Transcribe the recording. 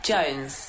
Jones